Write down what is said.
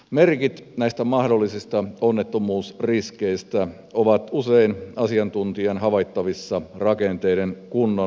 merkit näistä mahdollisista onnettomuusriskeistä ovat usein asiantuntijan havaittavissa rakenteiden kuntoa seuraamalla